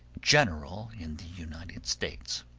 general in the united states.